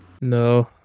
no